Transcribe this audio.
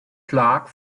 clark